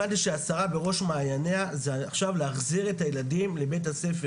הבנתי שהשרה בראש מעייניה עכשיו להחזיר את הילדים לבית-הספר.